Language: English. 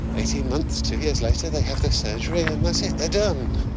eighteen months, two years later, they have their surgery and that's it, they're done!